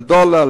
לדולר,